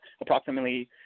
approximately